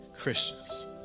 Christians